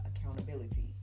accountability